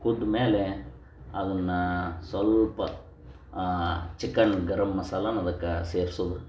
ಕುದಿದ ಮೇಲೆ ಅದನ್ನ ಸ್ವಲ್ಪ ಚಿಕನ್ ಗರಮ್ ಮಸಾಲೆನ ಅದಕ್ಕೆ ಸೇರ್ಸೋದು